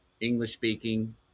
English-speaking